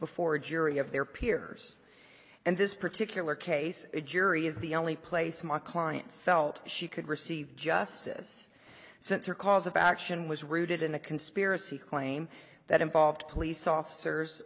before a jury of their peers and this particular case a jury is the only place my client felt she could receive justice since her cause of action was rooted in a conspiracy claim that involved police officers